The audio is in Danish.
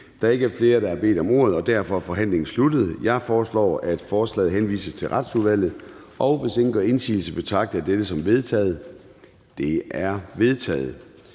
er ikke flere, der har bedt om ordet, og derfor er forhandlingen sluttet. Jeg foreslår, at forslaget til folketingsbeslutning henvises til Retsudvalget. Hvis ingen gør indsigelse, betragter jeg dette som vedtaget. Det er vedtaget.